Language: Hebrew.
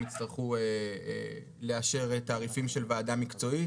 יצטרכו לאשר תעריפים של וועדה מקצועית.